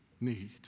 need